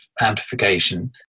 amplification